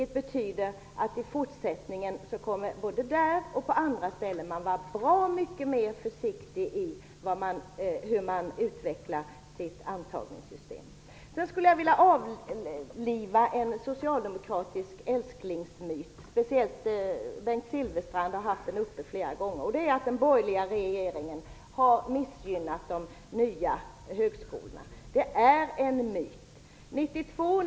Det betyder att man i fortsättningen både där och på andra ställen kommer att vara bra mycket mer försiktig med hur man utvecklar sina antagningssystem. Jag skulle vidare vilja avliva en socialdemokratisk älsklingsmyt, som speciellt Bengt Silfverstrand flera gånger har tagit upp, nämligen att den borgerliga regeringen skulle ha missgynnat de nya högskolorna. Det är en myt.